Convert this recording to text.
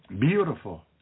Beautiful